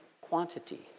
quantity